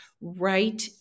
right